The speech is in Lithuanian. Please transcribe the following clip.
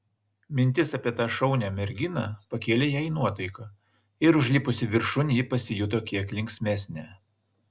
mintis apie tą šaunią merginą pakėlė jai nuotaiką ir užlipusi viršun ji pasijuto kiek linksmesnė